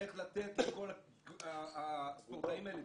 איך לתת לכל הספורטאים האלה,